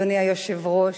אדוני היושב-ראש.